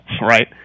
right